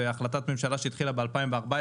והחלטת ממשלה שהתחילה ב-2014,